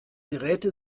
geräte